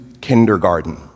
kindergarten